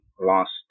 lost